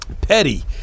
petty